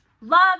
love